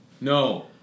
No